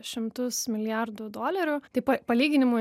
šimtus milijardų dolerių tai pa palyginimui